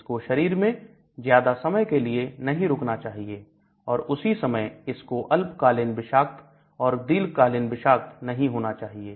इसको शरीर में ज्यादा समय के लिए नहीं रुकना चाहिए और उसी समय इसको अल्पकालीन विषाक्त और दीर्घकालीन विषाक्त नहीं होना चाहिए